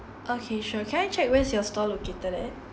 okay sure can I check where's your stall located at